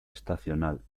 estacional